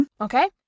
Okay